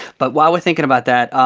but while we're thinking about that,